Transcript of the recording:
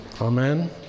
Amen